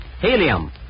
Helium